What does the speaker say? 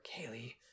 Kaylee